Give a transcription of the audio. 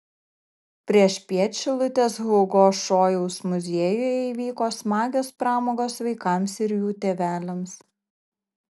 priešpiet šilutės hugo šojaus muziejuje įvyko smagios pramogos vaikams ir jų tėveliams